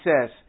says